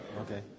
okay